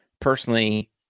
personally